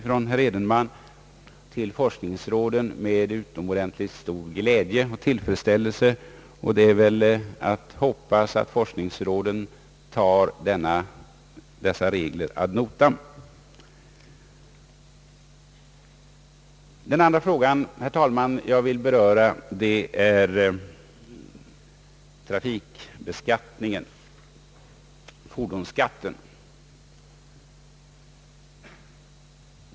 — från herr Edenman till forskningsråden med utomordentligt stor glädje och tillfredsställelse, och det är väl att hoppas att forskningsråden tar dessa regler ad notam. Den andra fråga jag vill beröra är fordonsskatten.